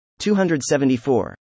274